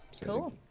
Cool